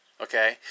Okay